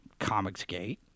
Comicsgate